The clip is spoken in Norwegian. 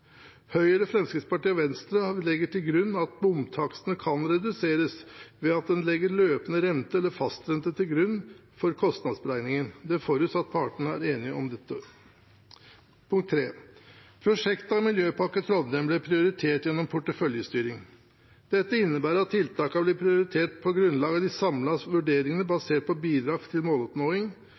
Høyre, Fremskrittspartiet og Venstre legger til grunn at bomtakstene kan reduseres ved at en legger løpende rente eller fastrente til grunn for kostnadsberegningen. Det forutsettes at partene er enige om dette. Prosjektet Miljøpakke Trondheim blir prioritert gjennom porteføljestyring. Dette innebærer at tiltakene blir prioritert på grunnlag av de samlede vurderingene basert på bidrag til måloppnåing,